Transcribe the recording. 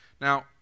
Now